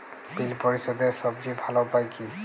বিল পরিশোধের সবচেয়ে ভালো উপায় কী?